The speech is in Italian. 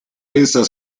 pensa